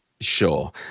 Sure